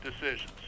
decisions